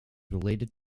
related